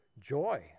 joy